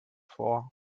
vor